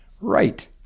Right